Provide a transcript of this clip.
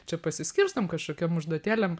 čia pasiskirstom kažkokiam užduotėlėm